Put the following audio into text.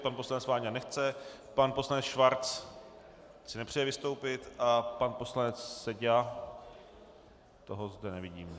Pan poslanec Váňa nechce, pan poslanec Schwarz si nepřeje vystoupit a pan poslanec Seďa, toho zde nevidím.